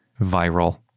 viral